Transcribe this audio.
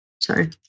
Sorry